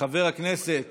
חבר הכנסת